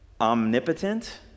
omnipotent